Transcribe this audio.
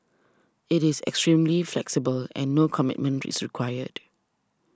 it is extremely flexible and no commitment is required